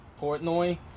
Portnoy